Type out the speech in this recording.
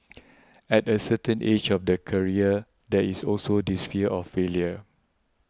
at a certain age of their career there is also this fear of failure